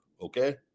Okay